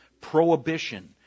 prohibition